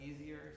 easier